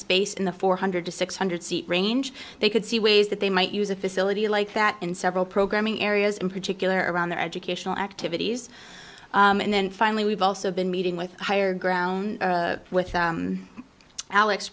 space in the four hundred to six hundred seat range they could see ways that they might use a facility like that in several programming areas in particular around their educational activities and then finally we've also been meeting with higher ground with alex